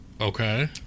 Okay